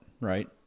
right